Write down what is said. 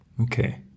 Okay